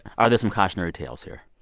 are there some cautionary tales here?